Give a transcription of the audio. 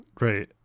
right